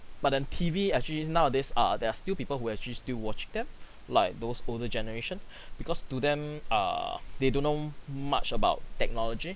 but then T_V actually is nowadays err there are still people who actually still watch them like those older generation because to them err they don't know much about technology